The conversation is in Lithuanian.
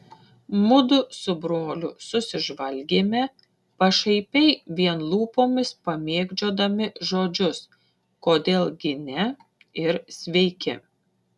mudu su broliu susižvalgėme pašaipiai vien lūpomis pamėgdžiodami žodžius kodėl gi ne ir sveiki